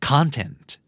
Content